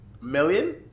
million